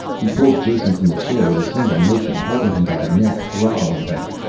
he pulled jason from the chair with a single motion, holding him by the neck, throttling him.